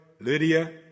Lydia